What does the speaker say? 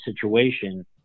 situation